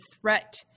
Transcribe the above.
threat